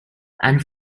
and